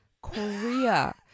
Korea